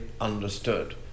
understood